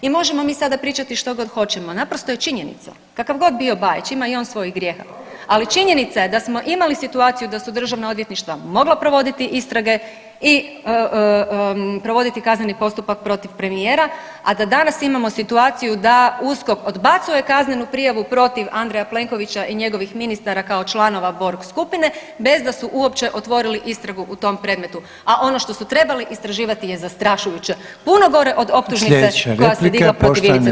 I možemo mi sada pričati što god hoćemo, naprosto je činjenica kakav god bio Bajić, ima i on svojih grijeha, ali činjenica je da smo imali situaciju da su državna odvjetništva mogla provoditi istrage i provoditi kazneni postupak protiv premijera, a da danas imamo situaciju da USKOK odbacuje kaznenu prijavu protiv Andreja Plenkovića i njegovih ministara kao članova Borg skupine, bez da su uopće otvorili istragu u tom predmetu, a ono što su trebali istraživati je zastrašujuće, puno gore od optužnice koja se digla protiv Ivice Todorića.